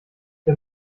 der